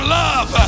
love